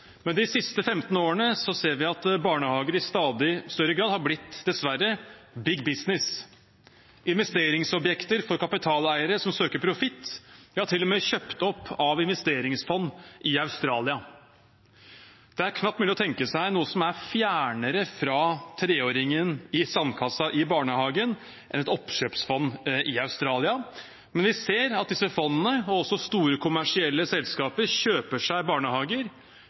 men de siste 15 årene ser vi at barnehager i stadig større grad har blitt, dessverre, «big business» – investeringsobjekter for kapitaleiere som søker profitt, ja til og med kjøpt opp av investeringsfond i Australia. Det er knapt mulig å tenke seg noe som er fjernere fra 3-åringen i sandkassa i barnehagen enn et oppkjøpsfond i Australia, men vi ser at disse fondene og også store kommersielle selskaper kjøper seg barnehager,